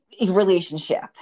relationship